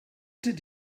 did